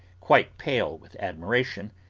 quite pale with admiration,